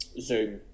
zoom